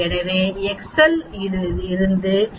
எனவே எக்செல் இருந்து நாம் 0